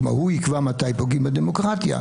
כלומר הוא יקבע מתי פוגעים בדמוקרטיה,